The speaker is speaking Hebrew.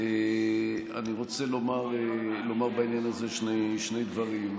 אני רוצה לומר בעניין הזה שני דברים.